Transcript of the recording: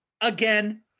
again